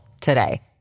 today